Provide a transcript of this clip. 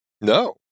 No